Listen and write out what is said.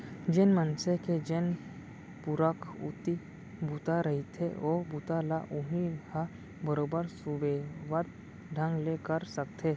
जेन मनसे के जेन पुरखउती बूता रहिथे ओ बूता ल उहीं ह बरोबर सुबेवत ढंग ले कर सकथे